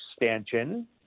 extension